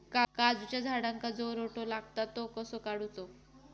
काजूच्या झाडांका जो रोटो लागता तो कसो काडुचो?